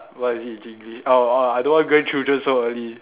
what is it in English uh uh I don't want grandchildren so early